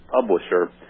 publisher